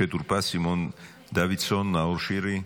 משה טור פז, סימון דוידסון, נאור שירי,